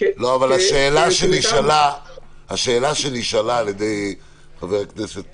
השאלה שנשאלה על ידי חבר הכנסת